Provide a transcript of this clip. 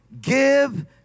give